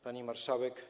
Pani Marszałek!